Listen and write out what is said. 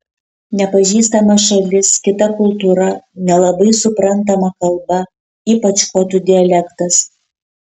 nepažįstama šalis kita kultūra nelabai suprantama kalba ypač škotų dialektas